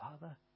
Father